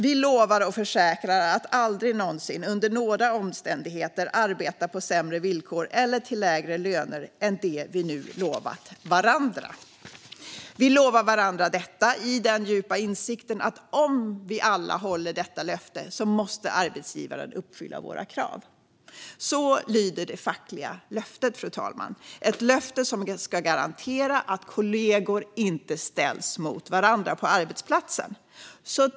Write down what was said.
Vi lovar och försäkrar att aldrig någonsin under några omständigheter arbeta på sämre villkor eller till lägre lön än det vi nu lovat varandra. Vi lovar varandra detta i den djupa insikten om att om vi alla håller detta löfte så måste arbetsgivaren uppfylla våra krav. Så lyder det fackliga löftet, fru talman. Det är ett löfte som ska garantera att kollegor inte ställs mot varandra på arbetsplatsen.